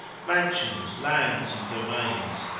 mansions, lands and domains,